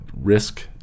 risk